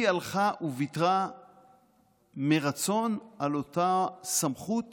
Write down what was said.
היא הלכה וויתרה מרצון על אותה סמכות